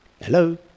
Hello